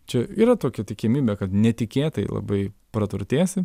čia yra tokia tikimybė kad netikėtai labai praturtėsi